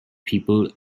people